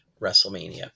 WrestleMania